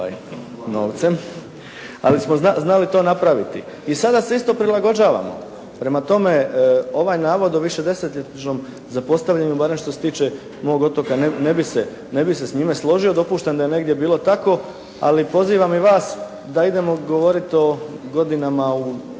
ali smo znali to napraviti. I sada se isto prilagođavamo. Prema tome, ovaj navod o višedesetljetnom zapostavljanju barem što se tiče mog otoka ne bih se s njime složio. Dopuštam da je negdje bilo tako, ali pozivam i vas da idemo govoriti o godinama